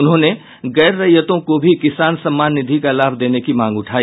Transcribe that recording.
उन्होंने गैर रैयतों को भी किसान सम्मान निधि का लाभ देने की मांग उठाई